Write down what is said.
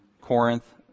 Corinth